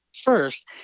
first